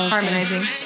Harmonizing